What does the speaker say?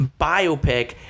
biopic